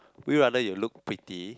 would you rather you look pretty